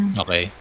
okay